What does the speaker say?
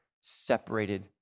separated